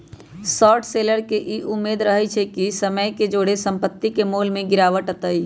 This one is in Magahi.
शॉर्ट सेलर के इ उम्मेद रहइ छइ कि समय के जौरे संपत्ति के मोल में गिरावट अतइ